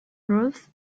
roof